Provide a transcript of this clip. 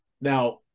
Now